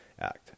Act